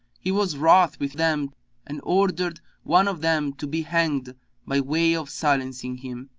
he was wroth with them and ordered one of them to be hanged by way of silencing him,